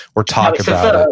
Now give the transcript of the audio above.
or talk about but